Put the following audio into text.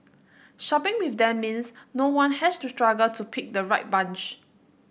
shopping with them means no one has to struggle to pick the right bunch